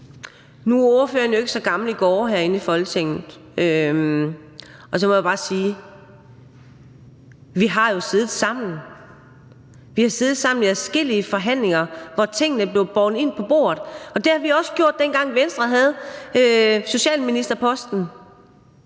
Nu er ordføreren jo ikke så gammel i gårde herinde i Folketinget, og så må jeg bare sige: Vi har jo siddet sammen. Vi har siddet sammen i adskillige forhandlinger, hvor tingene blev båret ind på bordet, og det har vi også gjort, dengang Venstre havde socialministerposten.